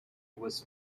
was